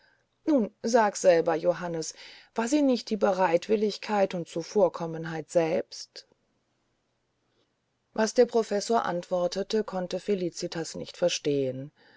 nun sag selber johannes war sie nicht die bereitwilligkeit und zuvorkommenheit selbst was der professor antwortete konnte felicitas nicht verstehen